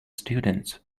students